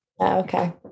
Okay